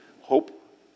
hope